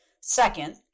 Second